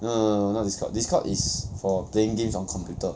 no no no no not Discord Discord is for playing games on computer